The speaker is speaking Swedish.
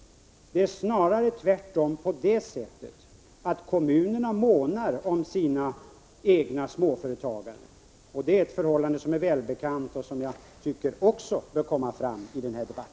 Det är snarare tvärtom så att kommunerna månar om sina egna småföretagare. Det är ett väl bekant förhållande, som jag tycker också bör komma fram i denna debatt.